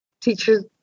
teachers